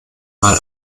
mal